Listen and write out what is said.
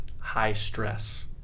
high-stress